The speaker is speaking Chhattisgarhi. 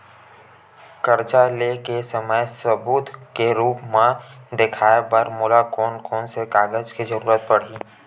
कर्जा ले के समय सबूत के रूप मा देखाय बर मोला कोन कोन से कागज के जरुरत पड़ही?